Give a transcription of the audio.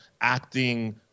acting